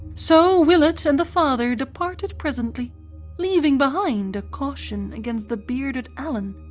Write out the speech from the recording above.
so willett and the father departed presently leaving behind a caution against the bearded allen,